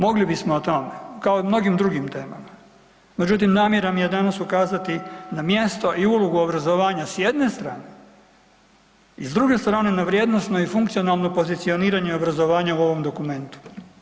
Mogli bismo o tome kao i o mnogim drugim temama, međutim namjera mi je danas ukazati na mjesto i ulogu obrazovanja s jedne strane i s druge strane na vrijednosno i funkcionalno pozicioniranje i obrazovanje u ovom dokumentu.